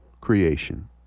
creation